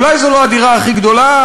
אולי זו לא הדירה הכי גדולה,